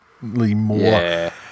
more